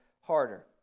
harder